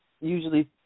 usually